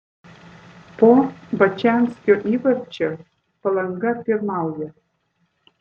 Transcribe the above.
po bačanskio įvarčio palanga pirmauja